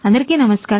అందరికీ నమస్కారం